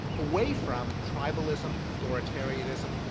away from tribalism, authoritarianism,